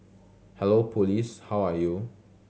hello police how are you